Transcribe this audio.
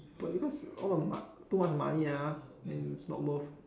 but because too much money and it's not worth